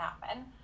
happen